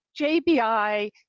JBI